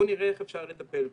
בוא נראה איך אפשר לטפל בהם.